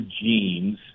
genes